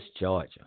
Georgia